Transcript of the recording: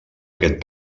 aquest